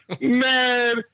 Man